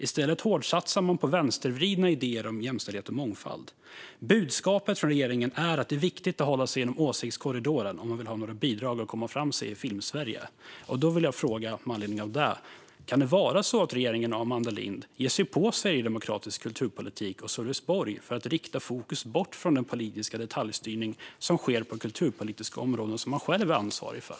I stället hårdsatsar man på vänstervridna idéer om jämställdhet och mångfald. Budskapet från regeringen är att det är viktigt att hålla sig inom åsiktskorridoren om man vill ha några bidrag och komma sig fram i Filmsverige. Med anledning av detta vill jag fråga: Kan det vara så att regeringen och Amanda Lind ger sig på sverigedemokratisk kulturpolitik och Sölvesborg för att rikta fokus bort från den politiska detaljstyrning som sker på kulturpolitiska områden som man själv är ansvarig för?